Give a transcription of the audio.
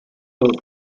oedd